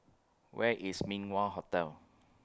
Where IS Min Wah Hotel